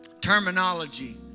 terminology